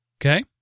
Okay